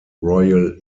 royal